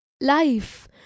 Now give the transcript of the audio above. Life